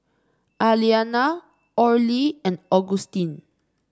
Aliana Orley and Augustin